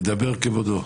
ידבר כבודו.